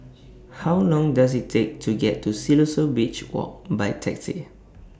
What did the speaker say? How Long Does IT Take to get to Siloso Beach Walk By Taxi